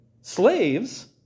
Slaves